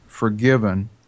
forgiven